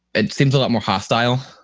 it seems a lot more hostile.